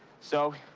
so,